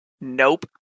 Nope